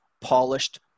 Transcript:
polished